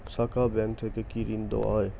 শাখা ব্যাংক থেকে কি ঋণ দেওয়া হয়?